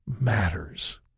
matters